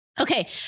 Okay